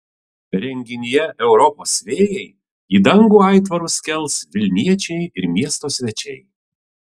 renginyje europos vėjai į dangų aitvarus kels vilniečiai ir miesto svečiai